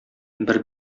бер